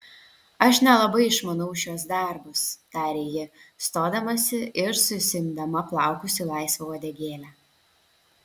aš nelabai išmanau šiuos darbus tarė ji stodamasi ir susiimdama plaukus į laisvą uodegėlę